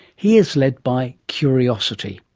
he is led by curiosity.